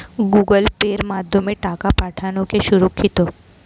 Google পের মাধ্যমে টাকা পাঠানোকে সুরক্ষিত?